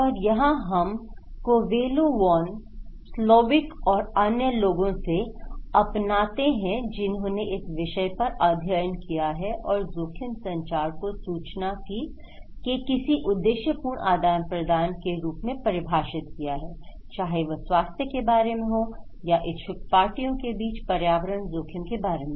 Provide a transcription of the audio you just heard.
और यहाँ हम कोवेलो वॉन स्लोविक और अन्य लोगों से अपनाते हैं जिन्होंने इस विषय पर अध्ययन किया है और जोखिम संचार को सूचना के किसी उद्देश्यपूर्ण आदान प्रदान के रूप में परिभाषित किया है चाहे वह स्वास्थ्य के बारे में हो या इच्छुक पार्टियों के बीच पर्यावरण जोखिम के बारे में